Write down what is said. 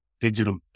digital